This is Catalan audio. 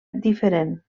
diferent